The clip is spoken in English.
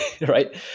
right